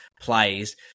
plays